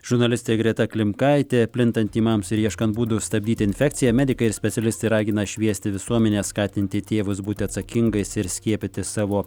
žurnalistė greta klimkaitė plintant tymams ir ieškant būdų stabdyti infekciją medikai ir specialistai ragina šviesti visuomenę skatinti tėvus būti atsakingais ir skiepyti savo